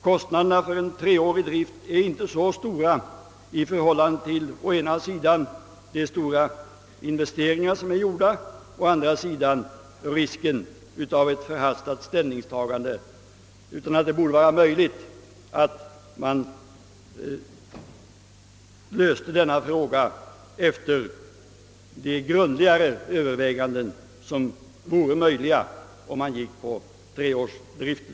Kostnaderna för en treårig drift är inte så höga i förhållande till å ena sidan de stora investeringar som är gjorda, å andra sidan risken för ett förhastat ställningstagande, att det inte borde vara möjligt att lösa detta problem efter de grundligare överväganden som kunde ske, om man stannade för treårsdriften.